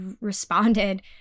responded